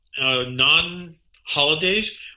non-holidays